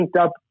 up